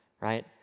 right